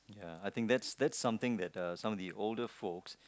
ya I think that's that's something that uh some of the older folks